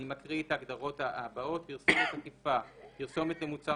אני מקריא את ההגדרות הבאות: "פרסומת עקיפה -פרסומת למוצר